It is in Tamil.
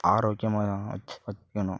ஆரோக்கியமாக வச்சு வைக்கணும்